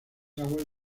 aguas